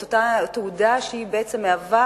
את אותה תעודה שבעצם מהווה,